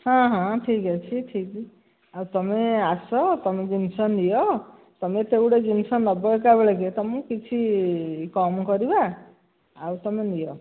ହଁ ହଁ ଠିକ୍ ଅଛି ଠିକ୍ ଆଉ ତୁମେ ଆସ ତୁମ ଜିନିଷ ନିଅ ତୁମେ ଏତେ ଗୁଡିଏ ଜିନିଷ ନେବ ଏକାବେଳକେ ତୁମକୁ କିଛି କମ୍ କରିବା ଆଉ ତୁମେ ନିଅ